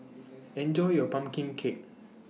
Enjoy your Pumpkin Cake